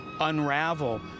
unravel